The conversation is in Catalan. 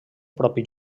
propi